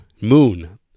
moon